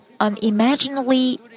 Unimaginably